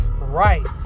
right